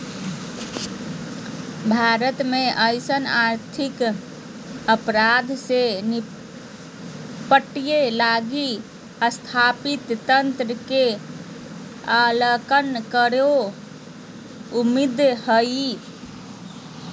भारत में अइसन आर्थिक अपराध से निपटय लगी स्थापित तंत्र के आकलन करेके उम्मीद हइ